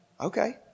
Okay